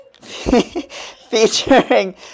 featuring